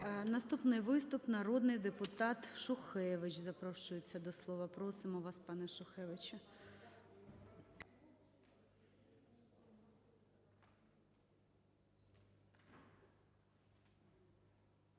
Наступний виступ. Народний депутат Шухевич, запрошується до слова. Просимо вас, пане Шухевич.